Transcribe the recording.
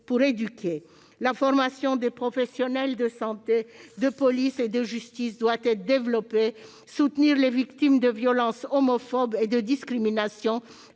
et éduquer. La formation des professionnels de santé, de police et de justice doit être développée. Soutenir les victimes de violences homophobes et de discriminations